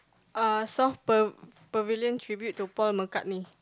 uh south pav~ pavilion tribute to Paul-McCartney